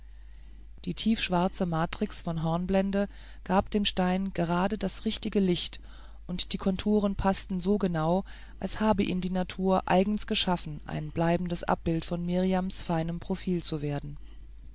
die tiefschwarze matrix von hornblende gab dem stein gerade das richtige licht und die konturen paßten so genau als habe ihn die natur eigens geschaffen ein bleibendes abbild von mirjams feinem profil zu werden